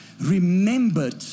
remembered